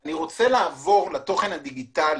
אני רוצה לעבור לתוכן הדיגיטלי,